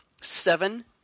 Seven